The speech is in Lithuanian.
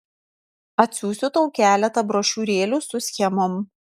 atsiųsiu tau keletą brošiūrėlių su schemom